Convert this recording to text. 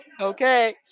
Okay